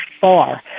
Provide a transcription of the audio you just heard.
far